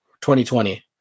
2020